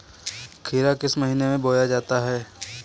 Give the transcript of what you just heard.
खीरा किस महीने में बोया जाता है?